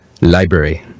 library